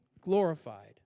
glorified